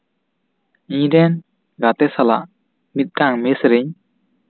ᱤᱧᱨᱮᱱ ᱜᱟᱛᱮ ᱥᱟᱞᱟᱜ ᱢᱤᱫᱴᱟᱝ ᱢᱮᱥ ᱨᱤᱧ